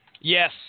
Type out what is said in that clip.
Yes